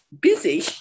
busy